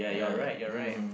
ya mmhmm